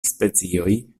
specioj